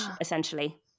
essentially